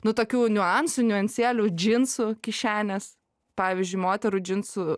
nu tokių niuansų niuansėlių džinsų kišenės pavyzdžiui moterų džinsų